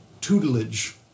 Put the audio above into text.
tutelage